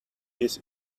his